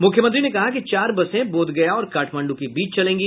मुख्यमंत्री ने कहा कि चार बसें बोधगया और काठमांडू के बीच चलेंगी